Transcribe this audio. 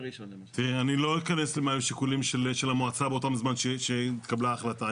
אני לא אכנס מה היו השיקולים של המועצה באותו זמן שהתקבלה ההחלטה.